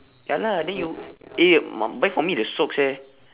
ya lah then you eh uh buy for me the socks eh